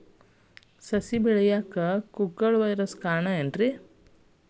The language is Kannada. ಸಸಿ ಬೆಳೆಯಾಕ ಕುಗ್ಗಳ ವೈರಸ್ ಕಾರಣ ಏನ್ರಿ?